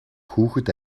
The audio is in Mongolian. хүүхэд